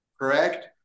correct